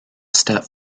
step